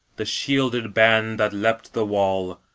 the shielded band that leapt the wall,